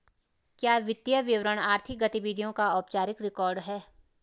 क्या वित्तीय विवरण आर्थिक गतिविधियों का औपचारिक रिकॉर्ड है?